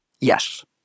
yes